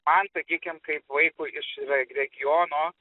man sakykim kaip vaikui iš re regiono